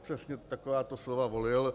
Přesně takováto slova volil.